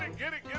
and get it.